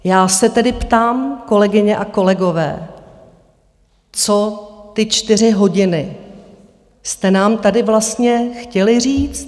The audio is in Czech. Já se tedy ptám, kolegyně a kolegové, co ty čtyři hodiny jste nám tady vlastně chtěli říct?